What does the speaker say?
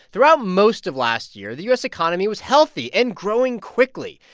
throughout most of last year, the u s. economy was healthy and growing quickly.